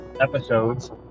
episodes